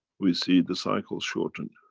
we see the cycle shortened,